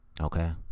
Okay